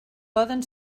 poden